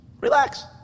relax